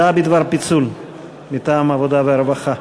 הודעה בדבר פיצול מטעם ועדת העבודה והרווחה.